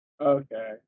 okay